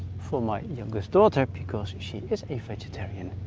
for my youngest daughter because she is a vegetarian.